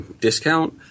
discount